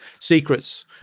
secrets